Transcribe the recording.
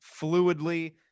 fluidly